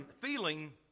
feeling